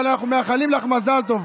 אבל אנחנו מאחלים לך מזל טוב.